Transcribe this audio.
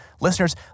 Listeners